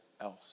else